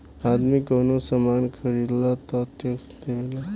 आदमी कवनो सामान ख़रीदेला तऽ टैक्स देवेला